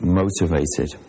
motivated